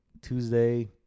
Tuesday